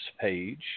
page